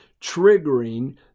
triggering